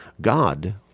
God